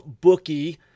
bookie